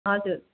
हजुर